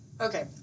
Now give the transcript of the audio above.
Okay